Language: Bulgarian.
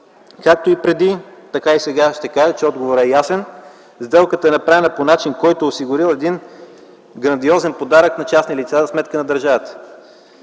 Както и преди, така и сега ще кажа – отговорът е ясен. Сделката е направена по начин, който е осигурил грандиозен подарък на частни лица за сметка на държавата.